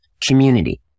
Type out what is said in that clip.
community